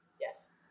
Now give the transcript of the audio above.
Yes